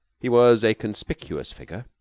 he was a conspicuous figure.